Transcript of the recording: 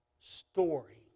story